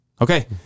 Okay